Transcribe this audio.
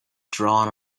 drawn